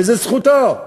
וזו זכותו,